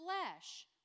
flesh